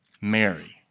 Mary